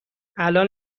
الان